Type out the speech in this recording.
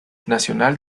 nacional